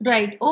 Right